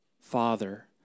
father